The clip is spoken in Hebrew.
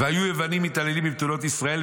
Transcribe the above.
"והיו היוונים מתעללים בבתולות ישראל,